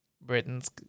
Britain's